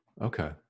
okay